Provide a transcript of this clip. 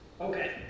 okay